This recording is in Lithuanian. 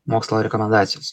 mokslo rekomendacijos